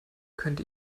könnte